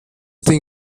den